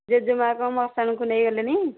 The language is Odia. ଜେଜେମା' କ'ଣ ମଶାଣୀକୁ ନେଇଗଲେଣି